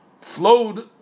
flowed